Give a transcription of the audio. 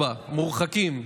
4. מורחקים,